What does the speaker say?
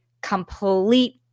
complete